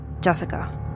Jessica